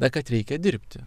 na kad reikia dirbti